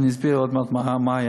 ואני אסביר עוד מעט מה היה.